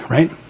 Right